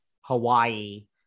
Hawaii